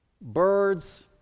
birds